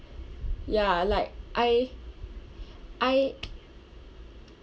ya like I I